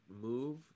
move